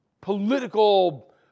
political